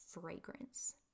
fragrance